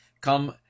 come